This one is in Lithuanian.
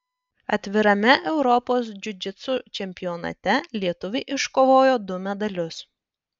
atvirame europos džiudžitsu čempionate lietuviai iškovojo du medalius